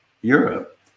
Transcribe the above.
Europe